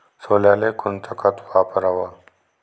सोल्याले कोनचं खत वापराव?